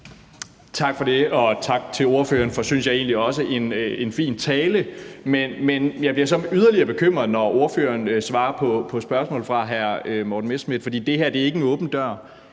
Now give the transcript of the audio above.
Tak for det, og tak til ordføreren for en, synes jeg egentlig også, fin tale. Men jeg bliver så yderligere bekymret, når ordføreren svarer på spørgsmål fra hr. Morten Messerschmidt. For det her er ikke en åben dør,